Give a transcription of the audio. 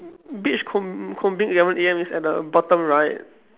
beach comb~ combing eleven A_M is at the bottom right